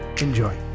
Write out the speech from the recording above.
Enjoy